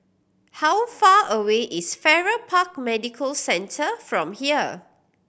how far away is Farrer Park Medical Centre from here